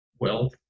wealth